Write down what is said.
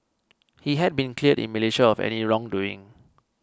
he has been cleared in Malaysia of any wrongdoing